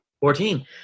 Fourteen